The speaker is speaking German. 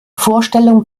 vorstellung